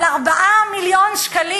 על 4 מיליון שקלים,